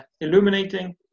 illuminating